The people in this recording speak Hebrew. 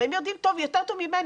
הרי הם יודעים יותר טוב ממני.